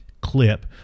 clip